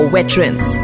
Veterans